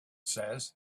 says